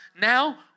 now